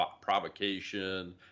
provocation